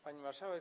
Pani Marszałek!